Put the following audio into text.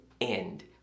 end